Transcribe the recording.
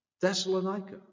Thessalonica